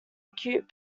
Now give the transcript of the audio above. acute